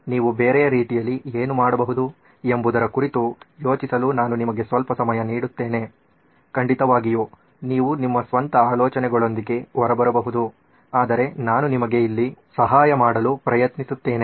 ನೀವು ಬೇರೆ ರೀತಿಯಲ್ಲಿ ಏನು ಮಾಡಬಹುದು ಎಂಬುದರ ಕುರಿತು ಯೋಚಿಸಲು ನಾನು ನಿಮಗೆ ಸ್ವಲ್ಪ ಸಮಯ ನೀಡುತ್ತೇನೆ ಖಂಡಿತವಾಗಿಯೂ ನೀವು ನಿಮ್ಮ ಸ್ವಂತ ಆಲೋಚನೆಗಳೊಂದಿಗೆ ಹೊರಬರಬಹುದು ಆದರೆ ನಾನು ನಿಮಗೆ ಇಲ್ಲಿ ಸಹಾಯ ಮಾಡಲು ಪ್ರಯತ್ನಿಸುತ್ತೇನೆ